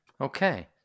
okay